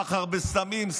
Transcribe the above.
סחר בסמים,